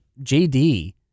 JD